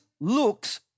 looks